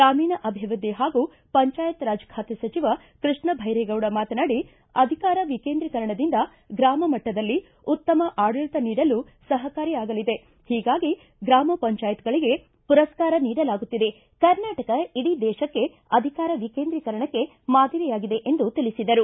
ಗ್ರಾಮೀಣ ಅಭಿವೃದ್ಧಿ ಹಾಗೂ ಪಂಚಾಯತ್ ರಾಜ್ ಖಾತೆ ಸಚಿವ ಕೃಷ್ಣ ಭೈರೇಗೌಡ ಮಾತನಾಡಿ ಅಧಿಕಾರ ವಿಕೇಂದ್ರಿಕರಣದಿಂದ ಗ್ರಾಮ ಮಟ್ಟದಲ್ಲಿ ಉತ್ತಮ ಆಡಳಿತ ನೀಡಲು ಸಹಕಾರಿ ಆಗಲಿದೆ ಒೀಗಾಗಿ ಗ್ರಾಮ ಪಂಚಾಯತಿಗಳಿಗೆ ಮರಸ್ಥಾರ ನೀಡಲಾಗುತ್ತಿದೆ ಕರ್ನಾಟಕ ಇಡೀ ದೇಶಕ್ಕೆ ಅಧಿಕಾರ ವಿಕೇಂದ್ರಿಕರಣಕ್ಕೆ ಮಾದರಿಯಾಗಿದೆ ಎಂದು ತಿಳಿಸಿದರು